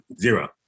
Zero